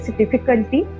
difficulty